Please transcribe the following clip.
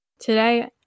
Today